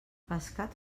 pescat